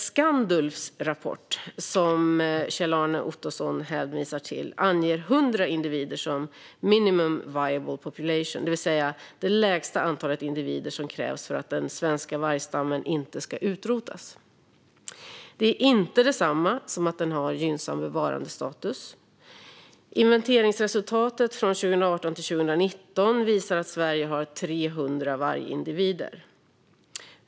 Skandulvs rapport, som Kjell-Arne Ottosson hänvisar till, anger 100 individer som "minimum viable population", det vill säga det lägsta antal individer som krävs för att den svenska vargstammen inte ska utrotas. Det är inte detsamma som att den har gynnsam bevarandestatus. Inventeringsresultatet från 2018/19 visar att Sverige har 300 vargindivider.